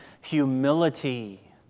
humility